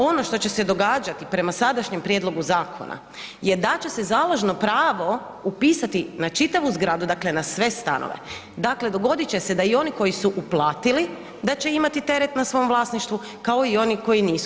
Ono što će se događati prema sadašnjem prijedlogu zakona je da će se založno pravo upisati na čitavu zgradu, dakle na sve stanove, dakle dogodit će se da i oni koji su uplatili, da će imati teret na svom vlasništvu, kao i oni koji nisu.